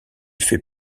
fait